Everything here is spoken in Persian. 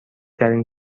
ترین